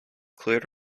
cleared